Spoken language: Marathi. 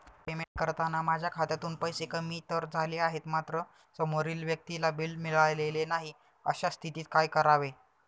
पेमेंट करताना माझ्या खात्यातून पैसे कमी तर झाले आहेत मात्र समोरील व्यक्तीला बिल मिळालेले नाही, अशा स्थितीत काय करावे?